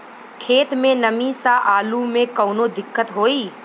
खेत मे नमी स आलू मे कऊनो दिक्कत होई?